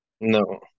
No